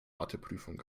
matheprüfung